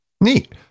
Neat